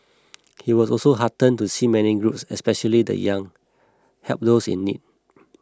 he was also heartened to see many groups especially the young help those in need